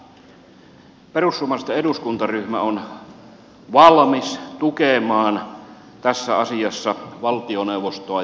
perussuomalaisten eduskuntaryhmä on valmis tukemaan tässä asiassa valtioneuvostoa ja hallitusta